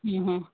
ಹ್ಞೂ ಹಾಂ